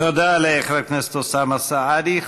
תודה לחבר הכנסת אוסאמה סעדי.